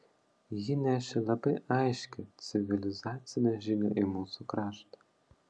ji nešė labai aiškią civilizacinę žinią į mūsų kraštą